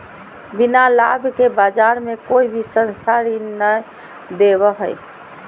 बिना लाभ के बाज़ार मे कोई भी संस्था ऋण नय देबो हय